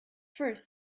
first